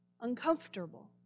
uncomfortable